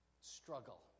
struggle